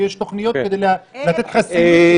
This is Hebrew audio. ויש תוכניות כדי לתת לך חסינות לבנייה בלתי חוקית.